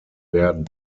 werden